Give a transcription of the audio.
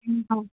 सांग